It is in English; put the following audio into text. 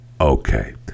okay